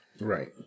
Right